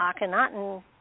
Akhenaten